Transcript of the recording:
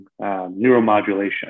neuromodulation